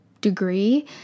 degree